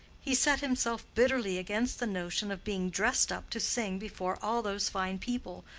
he set himself bitterly against the notion of being dressed up to sing before all those fine people,